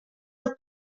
del